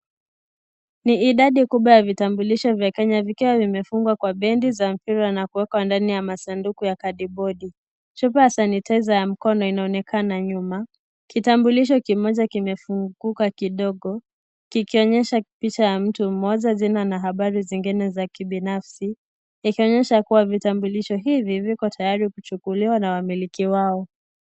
Ni idadi kubwa ya vitambulisho vya Kenya vikiwa vimefungwa kwa bendi za mpira na kuwekwa ndani ya masanduku ya kadibodi , chupa ya sanitizer ya mkono inaonekana nyuma, kitambulisho kimoja kimefunguka kidogo, kikionyesha picha ya mtu mmoja jina na habari zingine za kibinafsi, ikionyesha kua vitambulisho hivi viko tayari kuchukuliwa na wamiliki wao.